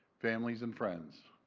families and friends.